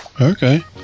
Okay